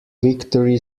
victory